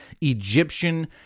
Egyptian